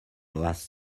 last